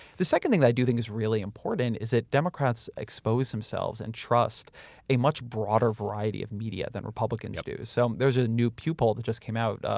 the second thing that i do think is really important is that democrats expose themselves and trust a much broader variety of media than republicans do. yep. so, there's a new pew poll that just came out,